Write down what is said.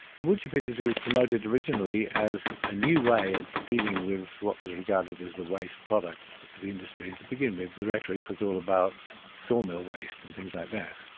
the woodchip industry was promoted originally as a new way of dealing with what was regarded as the waste products. the industry, and to begin with the rhetoric was all about sawmill waste and things like that.